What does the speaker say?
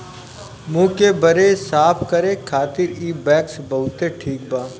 मुंह के बरे साफ करे खातिर इ वैक्स बहुते ठिक बा